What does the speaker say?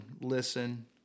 listen